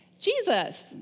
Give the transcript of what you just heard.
Jesus